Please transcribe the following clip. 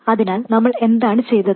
അതിനാൽ നമ്മൾ എന്താണ് ചെയ്തത്